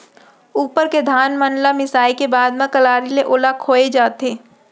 उप्पर के धान मन ल मिसाय के बाद म कलारी ले ओला खोय जाथे